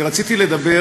אני רציתי לדבר